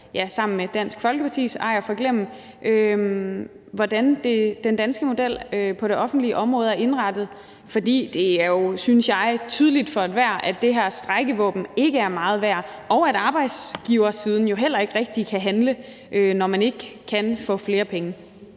sammen med Dansk Folkeparti, ej at forglemme, hvordan den danske model på det offentlige område er indrettet. For det er jo, synes jeg, tydeligt for enhver, at det her strejkevåben ikke er meget værd, og at arbejdsgiversiden jo heller ikke rigtig kan handle, når man ikke kan få flere penge.